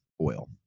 oil